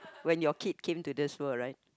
when your kid came to this world right